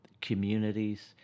communities